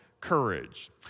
courage